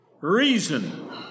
reason